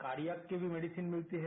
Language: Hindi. कार्डियान की भी मेडिसीन मिलती है